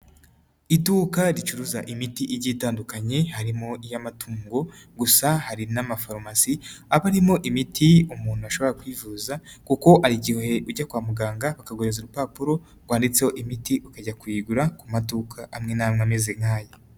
lduka ricuruza imiti igitandukanye, harimo iy'amatungo gusa hari n'ama Pharmacy aba arimo imiti umuntu ashobora kwivuza, kuko hari igihe ujya kwa muganga baka guhereza urupapuro rwanditseho imiti ,ukajya kuyigura ku maduka amwe n'amwe ameze nk'aya.